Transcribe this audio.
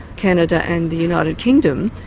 canada and the united kingdom,